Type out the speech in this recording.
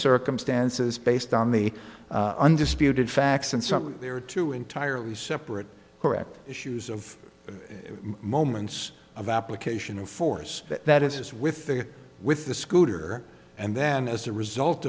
circumstances based on the undisputed facts and something there are two entirely separate correct issues of moments of application of force that is with the with the scooter and then as a result